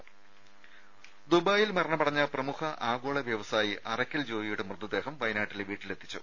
രുര ദുബായിയിൽ മരണമടഞ്ഞ പ്രമുഖ ആഗോള വ്യവസായി അറക്കൽ ജോയിയുടെ മൃതദേഹം വയനാട്ടിലെ വീട്ടിലെത്തിച്ചു